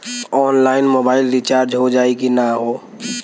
Online mobile recharge हो जाई की ना हो?